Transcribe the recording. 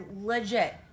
legit